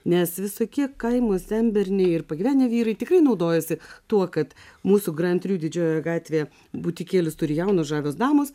nes visokie kaimo senberniai ir pagyvenę vyrai tikrai naudojasi tuo kad mūsų grantrijų didžiojoje gatvėje butikėlius turi jaunos žavios damos